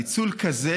ניצול כזה